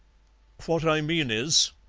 what i mean is,